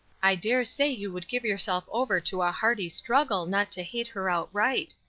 i dare say you would give yourself over to a hearty struggle not to hate her outright,